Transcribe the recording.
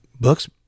books